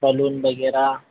balloon वगैरह